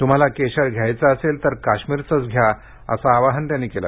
तुम्हाला केशर घ्यायचे असेल तर काश्मीरचंच घ्या असं आवाहनही केलं